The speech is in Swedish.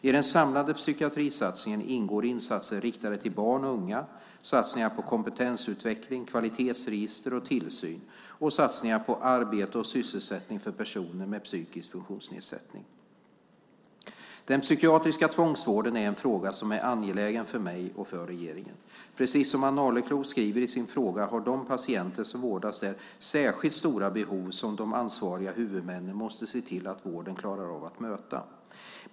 I den samlade psykiatrisatsningen ingår insatser riktade till barn och unga, satsningar på kompetensutveckling, kvalitetsregister och tillsyn och satsningar på arbete och sysselsättning för personer med psykisk funktionsnedsättning. Den psykiatriska tvångsvården är en fråga som är angelägen för mig och för regeringen. Precis som Ann Arleklo skriver i sin fråga har de patienter som vårdas där särskilt stora behov som de ansvariga huvudmännen måste se till att vården klarar av att möta.